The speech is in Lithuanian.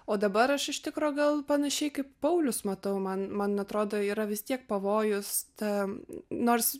o dabar aš iš tikro gal panašiai kaip paulius matau man man atrodo yra vis tiek pavojus ta nors